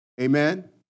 Amen